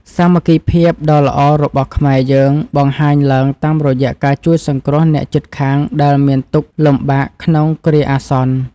សាមគ្គីភាពដ៏ល្អរបស់ខ្មែរយើងបង្ហាញឡើងតាមរយៈការជួយសង្គ្រោះអ្នកជិតខាងដែលមានទុក្ខលំបាកក្នុងគ្រាអាសន្ន។